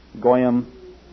Goyim